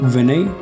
Vinay